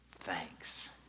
Thanks